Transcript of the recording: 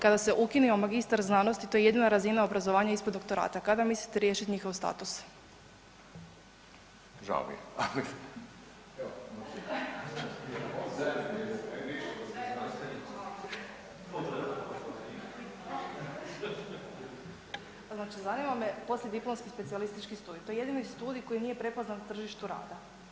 Kada se ukine magistar znanosti, to je jedina razina obrazovanja ispod doktorata, kada mislite riješiti njihov status? … [[Upadica sa strane, ne razumije se.]] Znači zanima me poslijediplomski specijalistički studij, to je jedini studij koji nije prepoznat na tržištu rada.